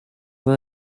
for